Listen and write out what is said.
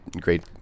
great